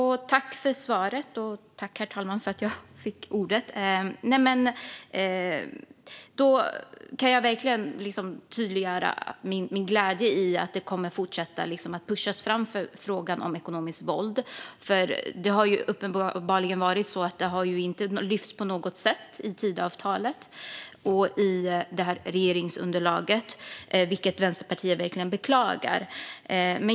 Herr talman! Jag tackar för svaret. Då kan jag verkligen tydliggöra min glädje över att man kommer att fortsätta pusha för frågan om ekonomiskt våld. Den har uppenbarligen inte lyfts fram på något sätt i Tidöavtalet eller i regeringsunderlaget, vilket Vänsterpartiet verkligen beklagar.